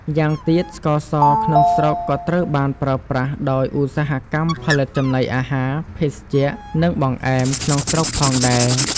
ម្យ៉ាងទៀតស្ករសក្នុងស្រុកក៏ត្រូវបានប្រើប្រាស់ដោយ ឧស្សាហកម្មផលិតចំណីអាហារ ភេសជ្ជៈ និងបង្អែម ក្នុងស្រុកផងដែរ។